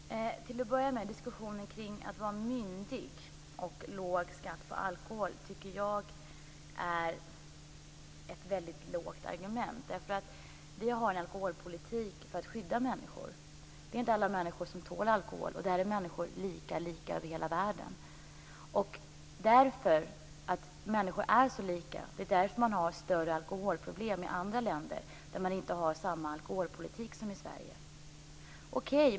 Fru talman! Till att börja med vill jag ta upp diskussionen kring att vara myndig och låg skatt på alkohol. Jag tycker att det är ett väldigt dåligt argument. Vi har en alkoholpolitik för att skydda människor. Det är inte alla människor som tål alkohol, och där är människor lika över hela världen. Det är på grund av att människor är så lika som man har ett större alkoholproblem i andra länder, där man inte har samma alkoholpolitik som i Sverige.